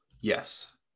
yes